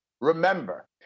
Remember